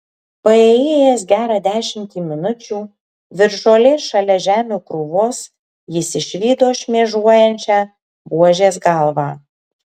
paėjėjęs gerą dešimtį minučių virš žolės šalia žemių krūvos jis išvydo šmėžuojančią buožės galvą